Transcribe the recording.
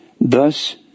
Thus